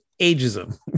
ageism